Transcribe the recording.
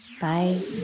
Bye